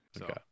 Okay